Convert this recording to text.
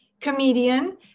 comedian